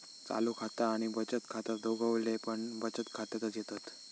चालू खाता आणि बचत खाता दोघवले पण बचत खात्यातच येतत